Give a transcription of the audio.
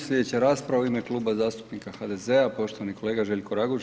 Sljedeća rasprava u ime Kluba zastupnika HDZ-a poštovani kolega Željko Raguž.